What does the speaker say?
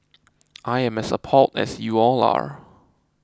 I am as appalled as you all are